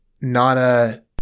Nana